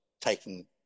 taking